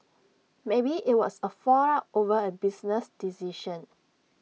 maybe IT was A fallout over A business decision